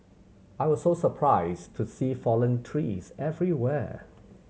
I was so surprised to see fallen trees everywhere